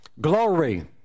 Glory